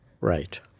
Right